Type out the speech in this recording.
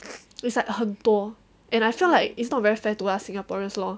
it's like 很多 and I feel like it's not very fair to us singaporeans lor